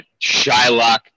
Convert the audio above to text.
Shylock